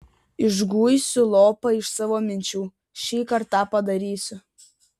išguisiu lopą iš savo minčių šįkart tą padarysiu